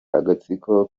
agatsiko